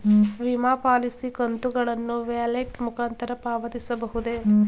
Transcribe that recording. ವಿಮಾ ಪಾಲಿಸಿ ಕಂತುಗಳನ್ನು ವ್ಯಾಲೆಟ್ ಮುಖಾಂತರ ಪಾವತಿಸಬಹುದೇ?